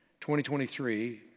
2023